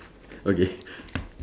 okay